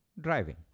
driving